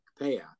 payout